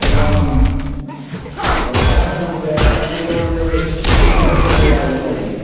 এবং সময়ও লাগবে একটা গাড়িতে হলে ঠিকঠাকভাবে চলে যাওয়া যেত আর কি